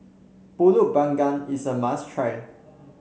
pulut Panggang is a must try